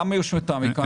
למה יש מתאמים כאן?